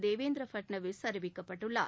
தேவேந்திர பட்னாவிஸ் அறிவிக்கப்பட்டுள்ளார்